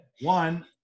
One